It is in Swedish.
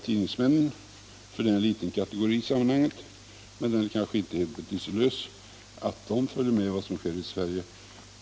Tidningsmännen är en liten kategori i sammanhanget, men det kanske inte är betydelselöst att de följer vad som sker i Sverige.